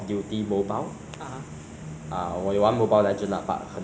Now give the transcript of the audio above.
eh 我不管我玩什么游戏都是玩很懒